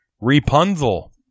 Rapunzel